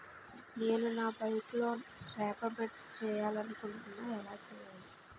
నేను నా bike loan repayment చేయాలనుకుంటున్నా ఎలా చేయాలి?